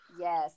Yes